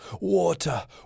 Water